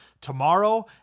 tomorrow